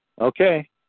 Okay